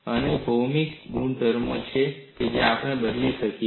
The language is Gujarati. અને ભૌમિતિક ગુણધર્મો શું છે જેને આપણે બદલી શકીએ